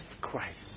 Christ